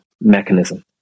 mechanism